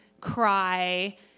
cry